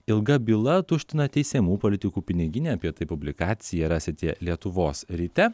ilga byla tuština teisiamų politikų piniginę apie tai publikaciją rasite lietuvos ryte